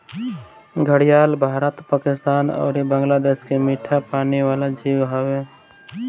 घड़ियाल भारत, पाकिस्तान अउरी बांग्लादेश के मीठा पानी वाला जीव हवे